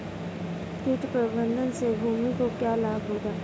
कीट प्रबंधन से भूमि को लाभ कैसे होता है?